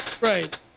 Right